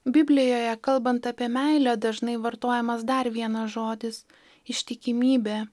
biblijoje kalbant apie meilę dažnai vartojamas dar vienas žodis ištikimybė